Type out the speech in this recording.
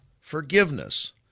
forgiveness